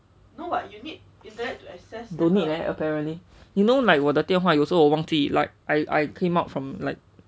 don't need leh apparently you know like 我的电话有时候我忘记 like I I came out from like